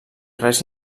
res